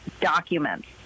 documents